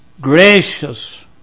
Gracious